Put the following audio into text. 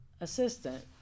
Assistant